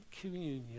communion